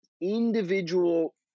individual